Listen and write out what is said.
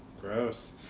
gross